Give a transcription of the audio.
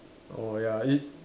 oh ya it's